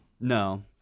No